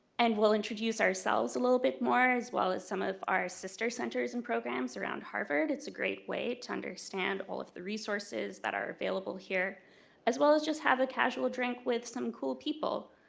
and we'll introduce ourselves a little bit more as well as some of our sister centers and programs around harvard. it's a great way to understand all of the resources that are available here as well as just have a casual drink with some cool people.